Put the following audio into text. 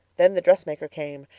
then the dressmaker came,